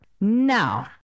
Now